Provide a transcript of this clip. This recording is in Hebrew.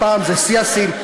הפעם זה שיא השיאים.